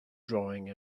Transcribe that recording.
drawing